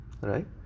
right